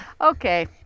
Okay